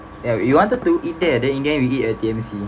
ya we wanted to eat there then at the end we eat at T_M_C